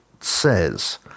says